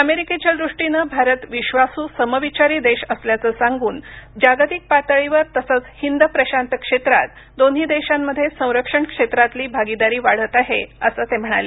अमेरिकेच्या दृष्टीनं भारत विश्वासू समविचारी देश असल्याचं सांगून जागतिक पातळीवर तसंच हिंद प्रशांत क्षेत्रात दोन्ही देशांमध्ये संरक्षण क्षेत्रातील भागीदारी वाढत आहेअसं ते म्हणाले